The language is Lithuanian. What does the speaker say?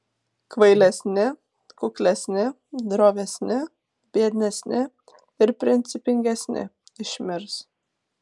kvailesni kuklesni drovesni biednesni ir principingesni išmirs